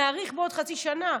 נאריך בעוד חצי שנה,